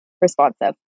responsive